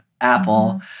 apple